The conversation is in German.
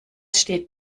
steht